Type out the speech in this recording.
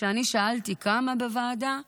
כששאלתי בוועדה כמה,